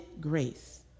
grace